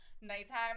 Nighttime